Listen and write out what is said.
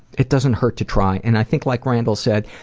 it doesn't hurt to try, and i think like randall said,